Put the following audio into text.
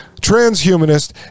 transhumanist